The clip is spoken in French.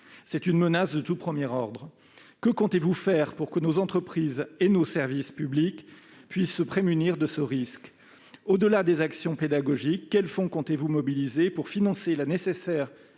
C'est une menace de tout premier ordre. Que comptez-vous faire pour que nos entreprises et nos services publics puissent se prémunir contre ce risque ? Au-delà des actions pédagogiques, quels fonds comptez-vous mobiliser pour financer la nécessaire